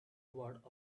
towards